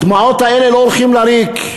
הדמעות האלה לא הולכות לריק.